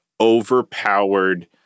overpowered